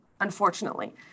unfortunately